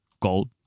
gold